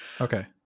Okay